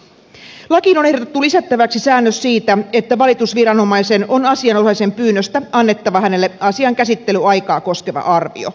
lakiin on ehdotettu lisättäväksi säännös siitä että valitusviranomaisen on asianosaisen pyynnöstä annettava hänelle asian käsittelyaikaa koskeva arvio